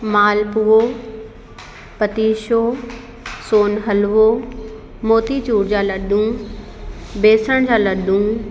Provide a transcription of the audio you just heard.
मालपूड़ो पतीशो सोन हलवो मोतीचूर जा लॾूं बेसन जा लॾूं